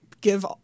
give